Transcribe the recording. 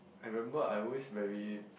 I remember I always very